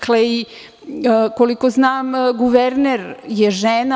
Koliko znam, guverner je žena.